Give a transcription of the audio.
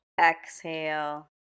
Exhale